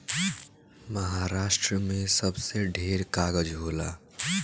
महारास्ट्र मे सबसे ढेर कागज़ होला